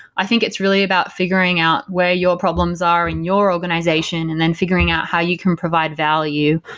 i think it's really about figuring out where your problems are in your organization and then figuring out how you can provide value.